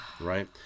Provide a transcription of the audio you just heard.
right